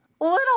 Little